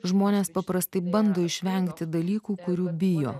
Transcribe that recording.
žmonės paprastai bando išvengti dalykų kurių bijo